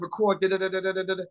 record